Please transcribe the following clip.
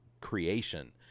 creation